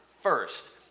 first